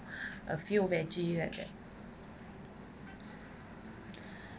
a few veggie like that